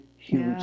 Huge